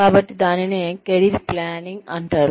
కాబట్టి దానిని career planning అంటారు